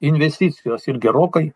investicijos ir gerokai